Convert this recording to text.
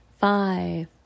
Five